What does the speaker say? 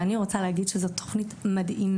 אבל אני רוצה להגיד שזו תוכנית מדהימה.